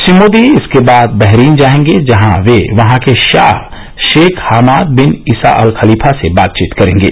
श्री मोदी इसके बाद बहरीन जाएंगे जहां वे वहां के Shah Sheikh Hamad bin Isa Al Khalifa से बातचीत करेंगे